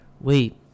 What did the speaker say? wait